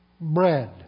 bread